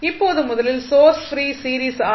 இப்போது முதலில் source free series R